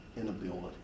inability